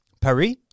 Paris